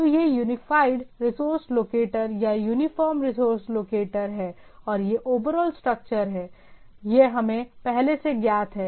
तो यह unified resource locator या यूनिफ़ॉर्म रिसोर्स लोकेटर है और यह ओवरऑल स्ट्रक्चर है यह हमें पहले से ज्ञात है